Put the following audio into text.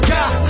God